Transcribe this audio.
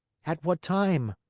at what time?